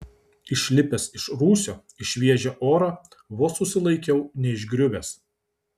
išlipęs iš rūsio į šviežią orą vos susilaikiau neišgriuvęs